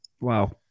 Wow